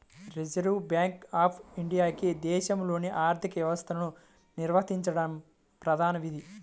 reserve bank of ఇండియాకి దేశంలోని ఆర్థిక వ్యవస్థను నిర్వహించడం ప్రధాన విధి